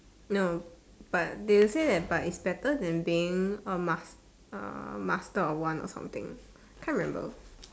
no but they said that but it's a better than being a must a master of one or something can't remember